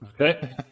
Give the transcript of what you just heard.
okay